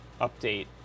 update